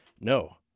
No